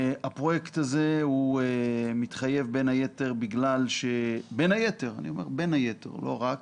הפרויקט הזה מתחייב בין היתר אני אומר בין היתר ולא רק